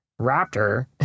raptor